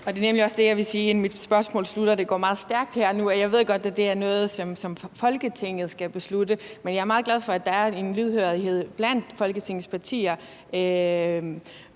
Det er nemlig også det, jeg vil sige, inden min spørgerunde er slut. Det går meget stærkt her og nu. Jeg ved godt, at det er noget, som Folketinget skal beslutte, men jeg er meget glad for, at der er en lydhørhed blandt Folketingets partier